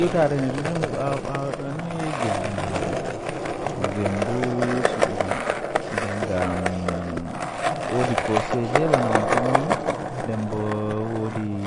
Komi ɓurɗaa yiɗuki haa rayuwa am baawo mi hisii mi jaangii ko fi, mi njogii sabu mi foti feewi ɗum. Ko waɗi faama sabu o waɗi no waawugol e hoore, ngam mi ɗo yeddi e ko ɗum woni